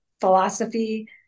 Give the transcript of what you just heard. philosophy